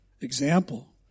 example